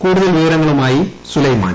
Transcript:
കൂടുതൽ വിവരങ്ങളുമായി സുലൈമാൻ